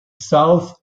south